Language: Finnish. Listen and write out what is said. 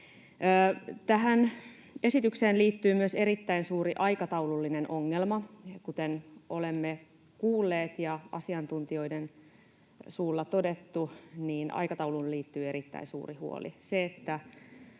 Tähän esitykseen liittyy myös erittäin suuri aikataulullinen ongelma. Kuten olemme kuulleet ja asiantuntijoiden suulla on todettu, niin aikatauluun liittyy erittäin suuri huoli. Se, että